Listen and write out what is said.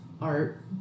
art